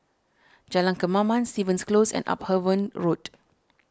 Jalan Kemaman Stevens Close and Upavon Road